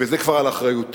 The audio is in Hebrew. וזה כבר על אחריותי,